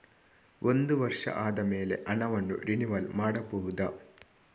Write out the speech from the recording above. ಒಂದು ವರ್ಷ ಆದಮೇಲೆ ಹಣವನ್ನು ರಿನಿವಲ್ ಮಾಡಬಹುದ?